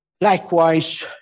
likewise